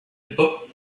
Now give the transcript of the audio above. book